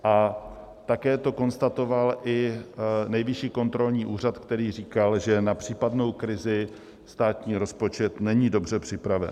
A také to konstatoval i Nejvyšší kontrolní úřad, který říkal, že na případnou krizi státní rozpočet není dobře připraven.